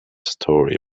story